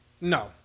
No